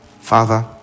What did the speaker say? father